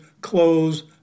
clothes